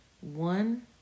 One